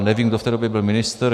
Nevím, kdo v té době byl ministr.